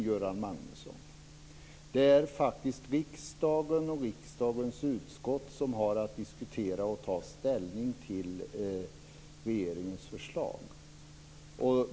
Göran Magnusson, det är faktiskt riksdagen och riksdagens utskott som har att diskutera och ta ställning till regeringens förslag.